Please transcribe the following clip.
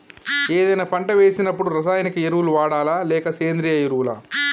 ఏదైనా పంట వేసినప్పుడు రసాయనిక ఎరువులు వాడాలా? లేక సేంద్రీయ ఎరవులా?